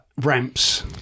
Ramps